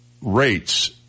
rates